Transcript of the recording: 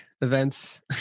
events